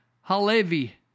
Halevi